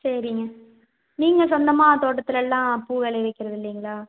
சரிங்க நீங்கள் சொந்தமாக தோட்டத்தில் எல்லாம் பூ விளைய வைக்கிறது இல்லைங்களா